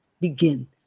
begin